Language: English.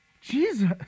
Jesus